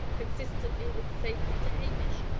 consistently with safety to hamish,